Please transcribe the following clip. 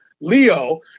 leo